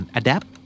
adapt